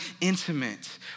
intimate